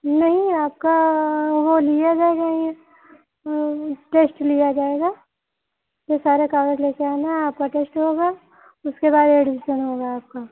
नहीं आपका वो लिया जाएगा ये टेस्ट लिया जाएगा तो सारा कागज लेके आना आपका टेस्ट होगा उसके बाद एडमिशन होगा आपका